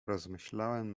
rozmyślałem